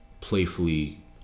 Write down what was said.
playfully